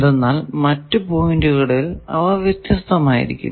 എന്നാൽ മറ്റു പോയിന്റുകളിൽ അവ വ്യത്യസ്തമായിരിക്കും